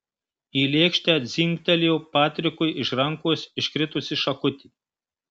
į lėkštę dzingtelėjo patrikui iš rankos iškritusi šakutė